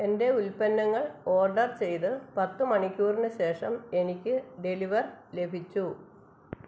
എന്റെ ഉൽപ്പന്നങ്ങൾ ഓർഡർ ചെയ്ത് പത്ത് മണിക്കൂറിന് ശേഷം എനിക്ക് ഡെലിവർ ലഭിച്ചു